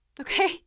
Okay